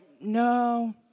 no